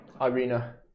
Irina